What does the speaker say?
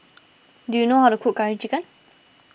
do you know how to cook Curry Chicken